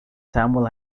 samuel